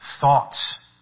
thoughts